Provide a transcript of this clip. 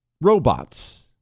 robots